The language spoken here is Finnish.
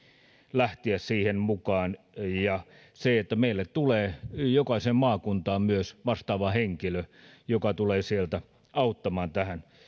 lähteä siihen mukaan ja meille tulee jokaiseen maakuntaan myös vastaava henkilö joka tulee sieltä auttamaan tähän